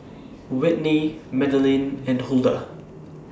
Whitney Madilynn and Huldah